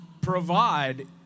provide